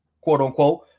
quote-unquote